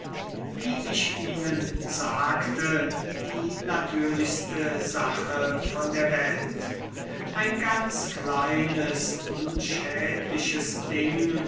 wie ich ihnen sagte die natürlichste sache von der welt ein ganz kleines unschädliches ding